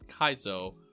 Kaizo